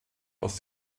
aus